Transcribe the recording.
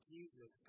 Jesus